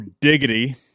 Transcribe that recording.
Diggity